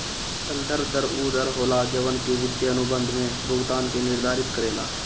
संदर्भ दर उ दर होला जवन की वित्तीय अनुबंध में भुगतान के निर्धारित करेला